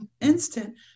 instant